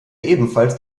ebenfalls